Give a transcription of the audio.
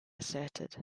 asserted